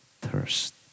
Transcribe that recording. thirst